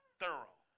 thorough